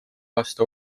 aasta